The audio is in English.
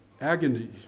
agony